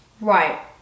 Right